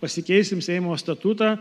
pasikeisim seimo statutą